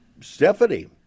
Stephanie